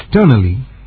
externally